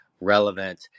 relevant